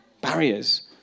barriers